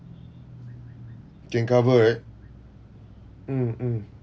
can cover right mm mm